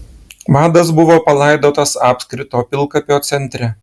vadas buvo palaidotas apskrito pilkapio centre